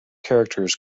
characters